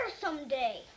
someday